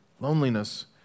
Loneliness